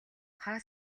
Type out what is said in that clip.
хаа